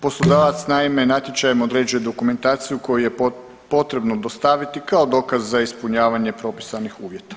Poslodavac naime natječajem određuje dokumentaciju koju je potrebno dostaviti kao dokaz za ispunjavanje propisanih uvjeta.